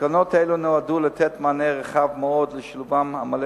תקנות אלו נועדו לתת מענה רחב מאוד לשילובן המלא